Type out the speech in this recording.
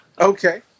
Okay